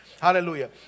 Hallelujah